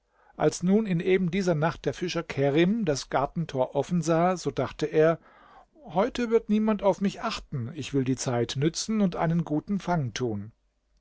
als nun in eben dieser nacht der fischer kerim das gartentor offen sah so dachte er heute wird niemand auf mich achten ich will die zeit nützen und einen guten fang tun